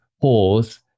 pause